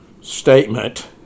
statement